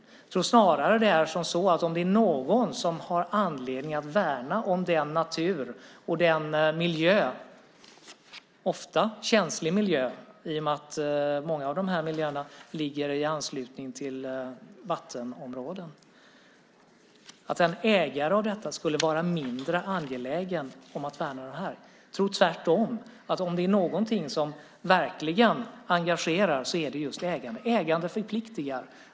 Jag tror snarare att det om någon är ägaren som har anledning att värna denna natur och miljö. Det är ofta känslig miljö som ligger i anslutning till vattenområden. Man menar att en ägare skulle vara mindre angelägen att värna detta. Jag tror tvärtom. Om det är någonting som verkligen engagerar är det just ägande. Ägande förpliktigar.